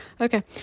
Okay